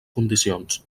condicions